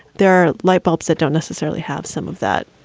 there are light bulbs that don't necessarily have some of that.